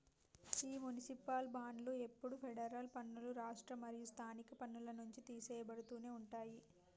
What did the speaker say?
ఈ మునిసిపాల్ బాండ్లు ఎప్పుడు ఫెడరల్ పన్నులు, రాష్ట్ర మరియు స్థానిక పన్నుల నుంచి తీసెయ్యబడుతునే ఉంటాయి